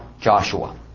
Joshua